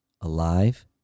alive